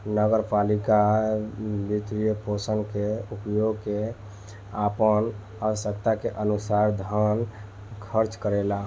नगर पालिका वित्तपोषण के उपयोग क के आपन आवश्यकता के अनुसार धन खर्च करेला